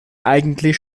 eigentlich